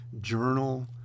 journal